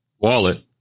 wallet